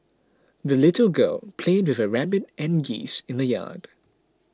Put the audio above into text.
the little girl played with her rabbit and geese in the yard